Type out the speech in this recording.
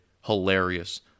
hilarious